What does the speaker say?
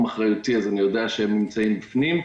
אחריותי אז אני יודע שהן נכללות בפנים.